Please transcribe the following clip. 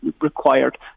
required